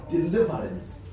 Deliverance